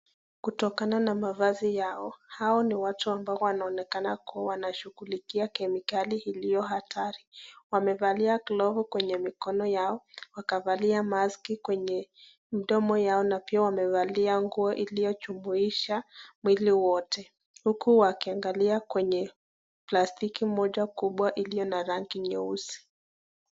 Kutokana na mavazi Yao hao ni watu ambao wanaonekana kuwa ndio wanashughulikia kemikali iliyo hatari wamevalia glovu kwenye mikono Yao wakavalia maskii kwenye mdomo Yao na wamavalia nguo iliojumuisha mwili wote huku wakiangalia kwenye plastiki moja kubwa iliyo na rangi nyeusi.